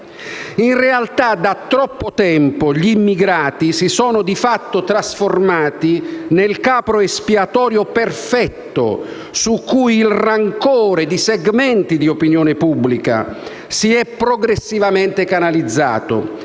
In realtà, da troppo tempo gli immigrati si sono di fatto trasformati nel capro espiatorio perfetto in cui il rancore di segmenti di opinione pubblica si è progressivamente canalizzato.